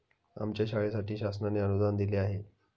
आमच्या शाळेसाठी शासनाने अनुदान दिले आहे